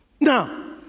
Now